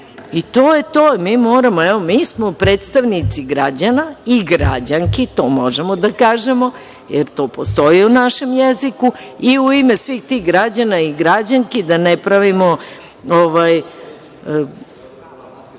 to je to, mi smo predstavnici građana i građanki, to možemo da kažemo, jer to postoji u našem jeziku i u ime svih tih građana i građanki da ne pravimo